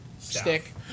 Stick